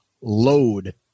load